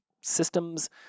systems